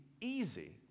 easy